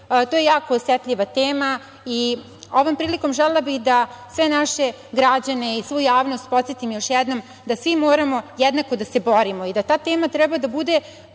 to je jako osetljiva tema i ovom prilikom želela bih da sve naše građane i svu javnost podsetim još jednom da svi moramo jednako da se borimo i da ta tema treba da bude